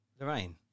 Lorraine